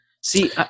See